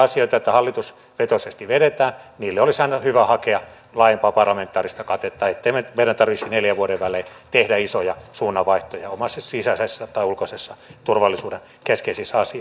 niille asioille joita hallitusvetoisesti vedetään olisi aina hyvä hakea laajempaa parlamentaarista katetta ettei meidän tarvitse neljän vuoden välein tehdä isoja suunnanvaihtoja oman sisäisen tai ulkoisen turvallisuuden keskeisissä asioissa